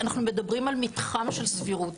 אנחנו מדברים על מתחם של סבירות,